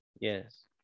Yes